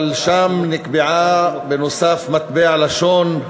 אבל שם נקבעה בנוסף מטבע לשון,